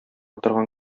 торган